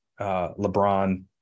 LeBron